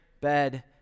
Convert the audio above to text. bed